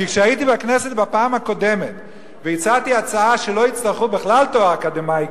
כי כשהייתי בכנסת בפעם הקודמת והצעתי הצעה שלא יצטרכו בכלל תואר אקדמי,